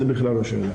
זו בכלל לא שאלה.